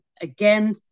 again